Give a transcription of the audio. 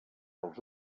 pels